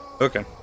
Okay